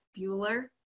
Bueller